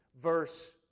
verse